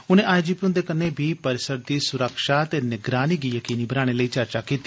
उनें आईजीपी हुंदे कन्नै बी परिसर दी सुरक्षा ते निगरानी गी जकीनी बनाने लेई चर्चा कीती